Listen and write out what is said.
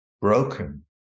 broken